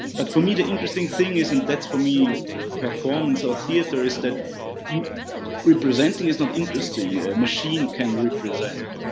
but for me the interesting thing is, and that's for me performance or theater is that you representing is not interesting. a machine can represent.